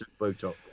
Botox